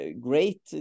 great